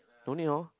don't need horn